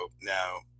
Now